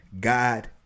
God